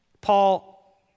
Paul